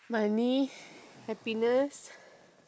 money happiness